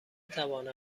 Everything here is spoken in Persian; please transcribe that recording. توانم